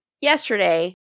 yesterday